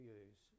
use